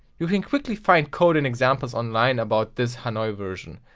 you can quickly find code and examples online about this hanoi version.